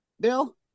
Bill